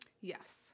Yes